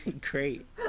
Great